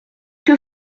que